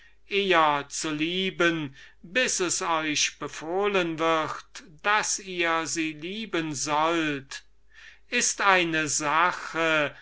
eher zu lieben bis es euch befohlen wird daß ihr sie lieben sollt ist eine sache